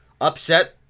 upset